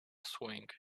swing